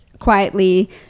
quietly